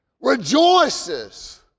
rejoices